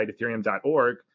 ethereum.org